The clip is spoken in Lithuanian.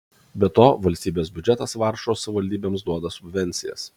be to valstybės biudžetas varšuvos savivaldybėms duoda subvencijas